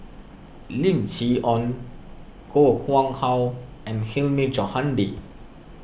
Lim Chee Onn Koh Nguang How and Hilmi Johandi